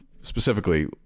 specifically